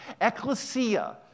ecclesia